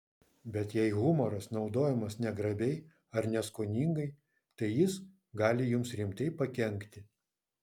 bet jei humoras naudojamas negrabiai ar neskoningai tai jis gali jums rimtai pakenkti